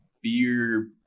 beer